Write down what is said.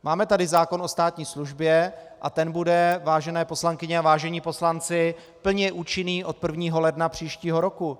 Máme tady zákon o státní službě a ten bude, vážené poslankyně a vážení poslanci, plně účinný od 1. ledna příštího roku.